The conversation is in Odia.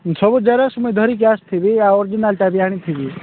ସବୁ ଜେରକ୍ସ ମୁଇଁ ଧରିକି ଆସିଥିବି ଆଉ ଅର୍ଜିନାଲଟା ବି ଆଣିଥିବି